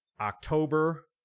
October